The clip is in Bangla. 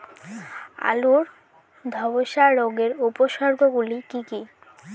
আলুর ধ্বসা রোগের উপসর্গগুলি কি কি?